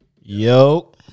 Yo